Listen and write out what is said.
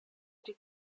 die